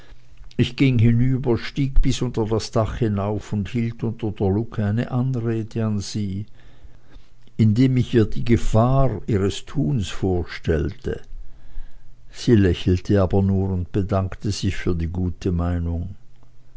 ich ging hinüber stieg bis unter das dach hinauf und hielt unter der luke eine anrede an sie indem ich ihr die gefahr ihres tuns vorstellte sie lächelte aber nur und bedankte sich für die gute meinung